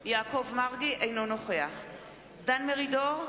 אינו נוכח דן מרידור,